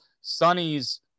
Sonny's